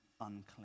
unclean